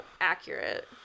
accurate